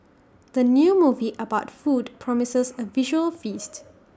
the new movie about food promises A visual feast